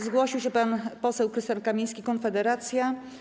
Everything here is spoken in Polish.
Zgłosił się pan poseł Krystian Kamiński, Konfederacja.